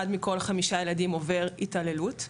אחד מכל חמישה ילדים עובר התעללות.